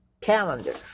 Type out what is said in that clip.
calendar